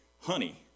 honey